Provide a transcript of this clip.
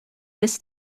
this